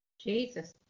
Jesus